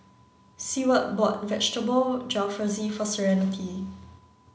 Seward bought Vegetable Jalfrezi for Serenity